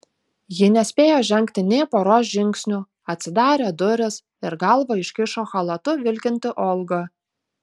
ji nespėjo žengti nė poros žingsnių atsidarė durys ir galvą iškišo chalatu vilkinti olga